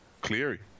Cleary